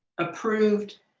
approved,